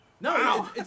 No